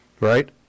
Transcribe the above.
right